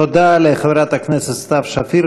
תודה לחברת הכנסת סתיו שפיר.